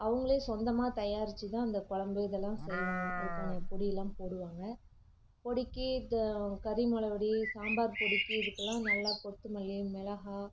அவங்களே சொந்தமாக தயாரித்துதான் இந்த குழம்பு இதெல்லாம் செய்வாங்க அதுக்கான பொடில்லாம் போடுவாங்க பொடிக்கு கறி மொளாப்பொடி சாம்பார் பொடிக்கு இதுக்கெல்லாம் நல்லா கொத்துமல்லி மிளகாய்